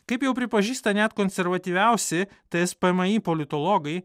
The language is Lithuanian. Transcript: kaip jau pripažįsta net konservatyviausi tspmi politologai